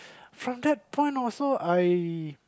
from that point also I